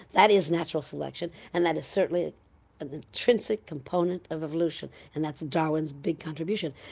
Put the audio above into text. that is natural selection and that is certainly an intrinsic component of evolution, and that's darwin's big contribution.